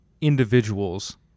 individuals